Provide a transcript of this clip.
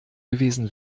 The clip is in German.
gewesen